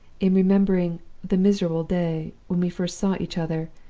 in remembering the miserable day when we first saw each other,